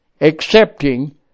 accepting